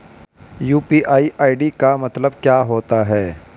UPI ID का मतलब क्या होता है?